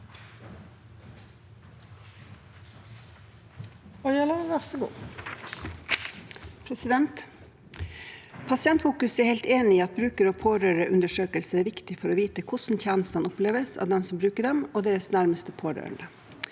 Pasientfokus er helt enig i at bruker- og pårørendeundersøkelser er viktige for å vite hvordan tjenestene oppleves av dem som bruker dem, og deres nærmeste pårørende.